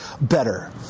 better